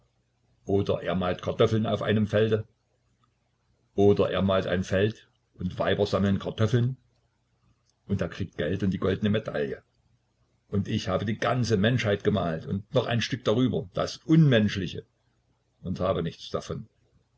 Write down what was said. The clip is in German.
oder er malt kartoffeln auf einem felde oder er malt ein feld und weiber sammeln kartoffeln und er kriegt geld und die goldne medaille und ich habe die ganze menschheit gemalt und noch ein stück darüber das unmenschliche und habe nichts davon